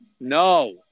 No